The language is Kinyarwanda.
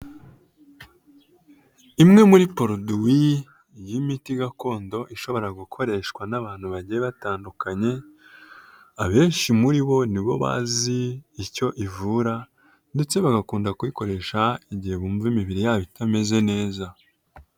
Imwe muri poroduwi y'imiti gakondo ishobora gukoreshwa n'abantu bagiye batandukanye abenshi muri bo nibo bazi icyo ivura ndetse bagakunda kuyikoresha igihe bumva imibiri yabo itameze neza.